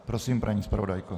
Prosím, paní zpravodajko.